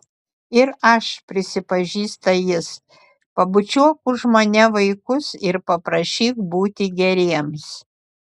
ir aš prisipažįsta jis pabučiuok už mane vaikus ir paprašyk būti geriems